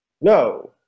No